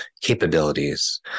capabilities